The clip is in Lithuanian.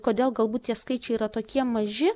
kodėl galbūt tie skaičiai yra tokie maži